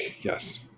yes